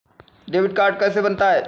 Debit card कैसे बनता है?